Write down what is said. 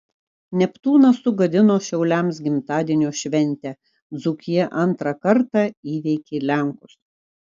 neptūnas sugadino šiauliams gimtadienio šventę dzūkija antrą kartą įveikė lenkus